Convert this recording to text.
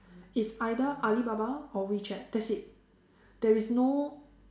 it's either Alibaba or WeChat that's it there is no